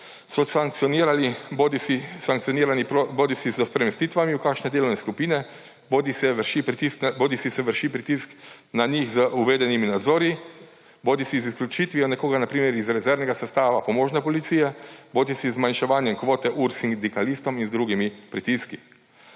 je sankcionirano bodisi s premestitvami v kakšne delovne skupine, bodisi se vrši pritisk na njih z uvedenimi nadzori, bodisi z izključitvijo nekoga, na primer iz rezervnega sestava pomožne policije, bodisi z zmanjševanjem kvote ur sindikalistom in z drugimi pritiski.